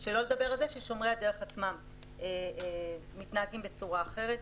שלא לדבר על זה ששומרי הדרך עצמם מתנהגים בצורה אחרת.